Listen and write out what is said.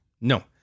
No